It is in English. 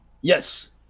Yes